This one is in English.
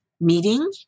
meeting